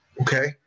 okay